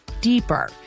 deeper